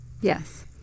yes